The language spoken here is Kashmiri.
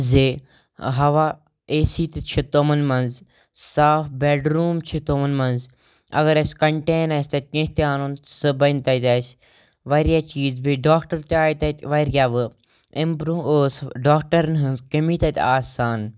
زِ ہوا اے سی تہِ چھِ تمَن منٛز صاف بیڈروٗم چھِ تمَن منٛز اگر اَسہِ کَنٹین آسہِ تَتہِ کینٛہہ تہِ اَنُن سُہ بَنہِ تَتہِ اَسہِ واریاہ چیٖز بیٚیہِ ڈاکٹر تہِ آے تَتہِ واریاہ وٕ ایٚمہِ بروںٛہہ ٲس ہُہ ڈاکٹرن ہٕنٛز کمی تَتہِ آسان